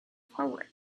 forward